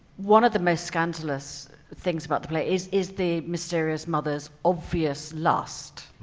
one of the most scandalous things about the play is is the mysterious mother's obvious lust.